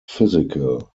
physical